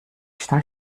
está